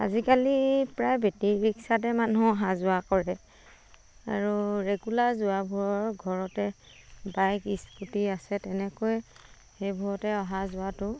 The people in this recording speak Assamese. আজিকালি প্ৰায় বেটেৰী ৰিক্সাতে মানুহ অহা যোৱা কৰে আৰু ৰেগুলাৰ যোৱাবোৰৰ ঘৰতে বাইক স্কুটি আছে তেনেকৈ সেইবোৰতে অহা যোৱাটো